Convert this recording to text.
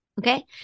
Okay